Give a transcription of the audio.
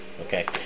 Okay